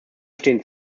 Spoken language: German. stehen